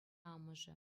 амӑшӗ